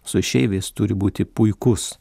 su išeiviais turi būti puikus